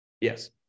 Yes